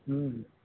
ಹ್ಞೂ